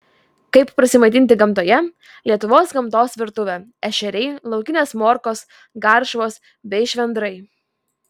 kaip prasimaitinti gamtoje lietuvos gamtos virtuvė ešeriai laukinės morkos garšvos bei švendrai